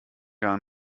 gar